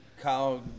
Kyle